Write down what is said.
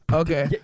okay